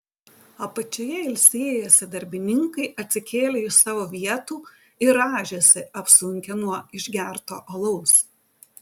apačioje ilsėjęsi darbininkai atsikėlė iš savo vietų ir rąžėsi apsunkę nuo išgerto alaus